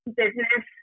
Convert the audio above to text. business